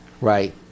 Right